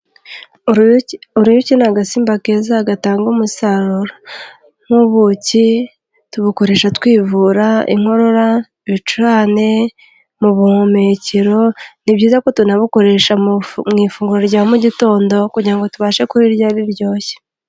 Uruyuki ni agasimba keza gatanga umusaruro, nk'ubuki, tubukoresha twivura inkorora, ibicurane, mu buhumekero, ni byiza ko tunabukoresha mu ifunguro rya mu gitondo kugira ngo tubashe kurirya riryoshye.